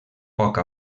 poc